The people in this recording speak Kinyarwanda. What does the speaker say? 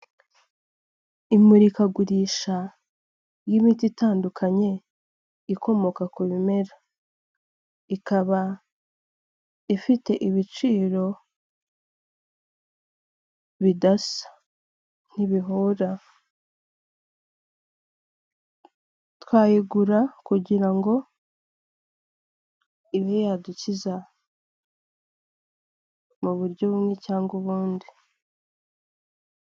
Imurikagurisha ry'imiti itandukanye ikomoka ku bimera, ikaba ifite ibiciro bidasa, ntibihura, twayigura kugira ngo ibe yadukiza mu buryo bumwe cyangwa ubundi.